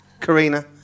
Karina